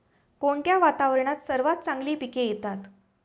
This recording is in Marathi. कोणत्या वातावरणात सर्वात चांगली पिके येतात?